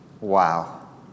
wow